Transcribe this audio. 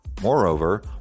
Moreover